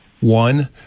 One